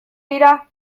dira